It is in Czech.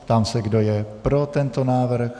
Ptám se, kdo je pro tento návrh.